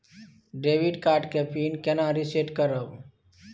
Debit card के PIN केना reset करब?